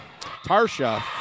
Tarsha